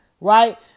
right